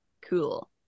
Cool